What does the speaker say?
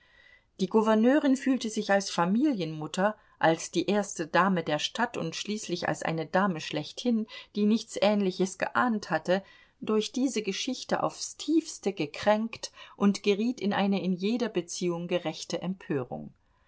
die gouverneurin fühlte sich als familienmutter als die erste dame der stadt und schließlich als eine dame schlechthin die nichts ähnliches geahnt hatte durch diese geschichte aufs tiefste gekränkt und geriet in eine in jeder beziehung gerechte empörung